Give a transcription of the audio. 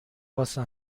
واسه